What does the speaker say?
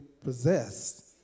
possessed